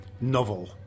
novel